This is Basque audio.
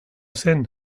zen